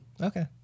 Okay